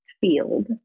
field